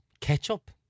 Ketchup